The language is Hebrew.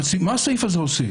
מה הסעיף הזה עושה?